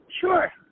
Sure